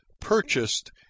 purchased